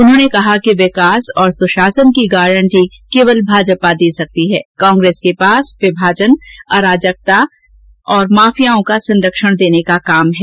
उन्होंने कहा कि विकास और सुशासन की गारंटी सिर्फ भाजपा दे सकती है कांग्रेस के पास विभाजन अराजकता पशु तस्करी जैसे माफियाओं को संरक्षण देने का काम किया है